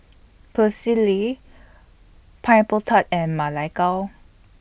Pecel Lele Pineapple Tart and Ma Lai Gao